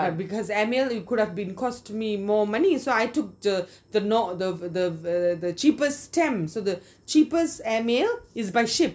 but airmail it could have been cost me more money so I took the the nor~ the the the uh the cheapest stamp so the cheapest airmail is by ship